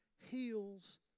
heals